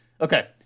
Okay